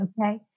Okay